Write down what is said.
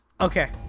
Okay